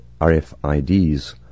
RFIDs